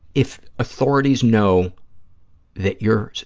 if authorities know that your